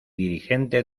dirigente